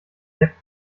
deputy